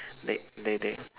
they they they